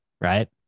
right